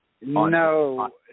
No